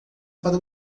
para